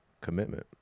commitment